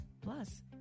Plus